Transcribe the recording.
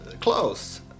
close